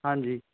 ਹਾਂਜੀ